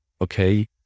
okay